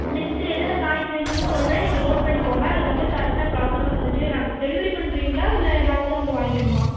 list என்னென்ன காய் வேணும்ன்னு சொல்கிறேன் நீங்கள் நோட் பண்ணிக்கோங்கள் அதை வந்து கரெக்டாக ப்ராப்பராக வந்துட்டு நாங்கள் டெலிவரி பண்ணுறீங்களா இல்லை நாங்கள் தான் வந்து வாங்கிக்கணுமா